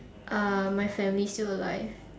are my family still alive